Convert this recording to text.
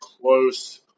close